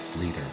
leader